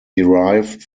derived